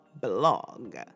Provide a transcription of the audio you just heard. Blog